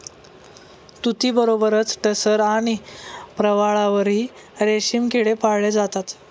तुतीबरोबरच टसर आणि प्रवाळावरही रेशमी किडे पाळले जातात